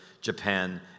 Japan